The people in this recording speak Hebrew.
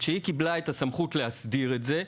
את הסמכות להסדיר את זה,